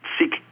seek